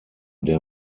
der